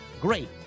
Great